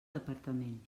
departament